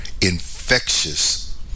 infectious